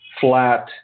flat